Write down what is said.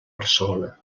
barcelona